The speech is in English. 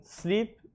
sleep